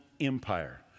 Empire